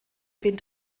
wind